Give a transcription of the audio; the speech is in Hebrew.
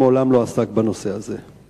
שמעולם לא עסק בנושא הזה,